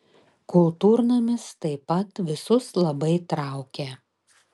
kultūrnamis taip pat visus labai traukė